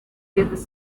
his